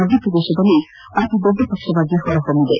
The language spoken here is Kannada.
ಮಧ್ಯಪ್ರದೇಶದಲ್ಲಿ ಅತಿದೊಡ್ಡ ಪಕ್ಷವಾಗಿ ಹೊರಹೊಮ್ನಿದೆ